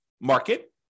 market